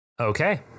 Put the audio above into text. okay